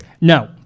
No